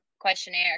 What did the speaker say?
questionnaire